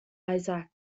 isaac